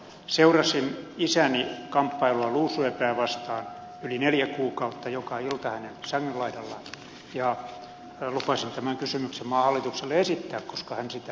seurasin isäni kamppailua luusyöpää vastaan yli neljä kuukautta joka ilta hänen sängynlaidallaan ja lupasin tämän kysymyksen maan hallitukselle esittää koska hän sitä toivoi